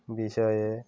বিষয়ে